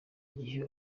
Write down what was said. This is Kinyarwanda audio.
gihe